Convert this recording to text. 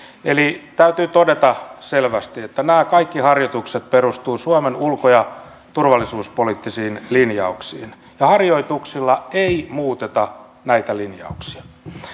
täytyy todeta selvästi että nämä kaikki harjoitukset perustuvat suomen ulko ja turvallisuuspoliittisiin linjauksiin ja harjoituksilla ei muuteta näitä linjauksia